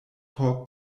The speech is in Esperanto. por